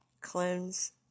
cleanse